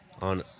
on